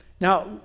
Now